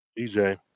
EJ